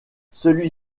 celui